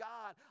God